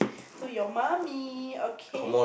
to your mummy okay